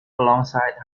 alongside